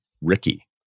Ricky